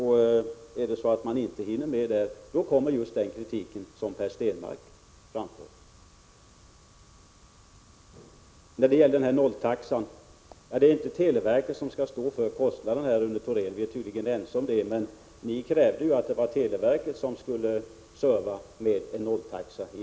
Hinner man inte med där kommer just den kritik som Per Stenmarck framför. Det är inte televerket som skall stå för kostnaden för nolltaxan, Rune Thorén. Vi är tydligen ense om det. Men ni krävde att televerket skulle serva med nolltaxa.